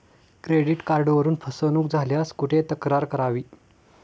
Credit कार्डवरून फसवणूक झाल्यास कुठे तक्रार करावी?